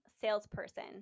salesperson